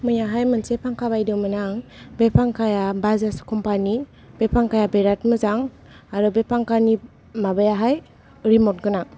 मैयाहाय मोनसे फांखा बायदोंमोन आं बे फांखाया बाजाज कम्पानि बे फांखाया बिराद मोजां आरो बे फांखानि माबायाहाय रिमत गोनां